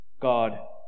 God